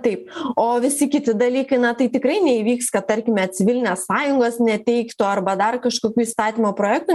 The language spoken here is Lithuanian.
taip o visi kiti dalykai na tai tikrai neįvyks kad tarkime civilinės sąjungos neteik to arba dar kažkokių įstatymo projektų